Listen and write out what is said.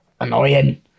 annoying